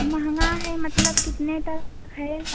महंगा है मतलब कितने तक है